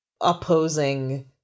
opposing